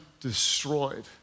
destroyed